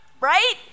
right